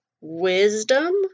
wisdom